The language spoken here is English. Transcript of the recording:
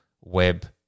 web